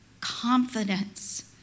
confidence